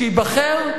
שייבחר,